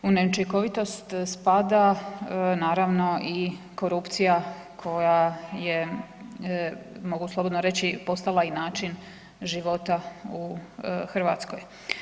U neučinkovitost spada naravno i korupcija koja je mogu slobodno reći, postala i način života u Hrvatskoj.